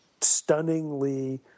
stunningly